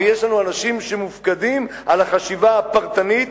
ויש לנו אנשים שמופקדים על החשיבה הפרטנית,